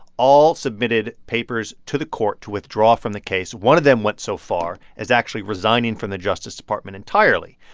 all submitted papers to the court to withdraw from the case. one of them went so far as actually resigning from the justice department entirely.